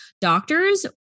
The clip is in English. doctors